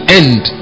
end